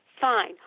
fine